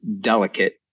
delicate